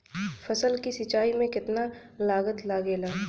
फसल की सिंचाई में कितना लागत लागेला?